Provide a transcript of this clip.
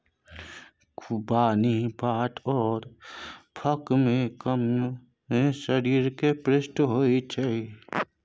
खुबानी वात आओर कफकेँ कम कए शरीरकेँ पुष्ट करैत छै